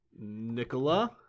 Nicola